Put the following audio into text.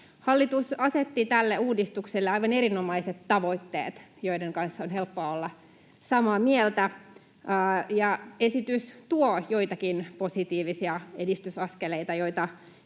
Hallitus asetti tälle uudistukselle aivan erinomaiset tavoitteet, joiden kanssa on helppoa olla samaa mieltä. Esitys tuo joitakin positiivisia edistysaskeleita, joita